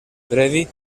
previ